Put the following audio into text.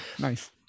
Nice